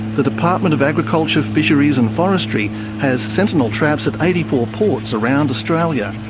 the department of agriculture, fisheries and forestry has sentinel traps at eighty four ports around australia,